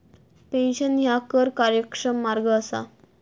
pension ह्या कर कार्यक्षम मार्ग असा